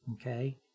Okay